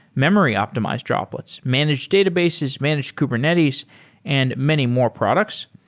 memory optimized droplets, managed databases, managed kubernetes and many more products.